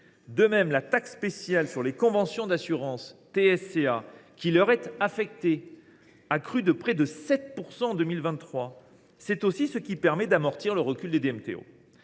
de la taxe spéciale sur les conventions d’assurances (TSCA) qui leur est affecté a crû de près de 7 % en 2023. C’est aussi ce qui permet d’amortir le recul des DMTO.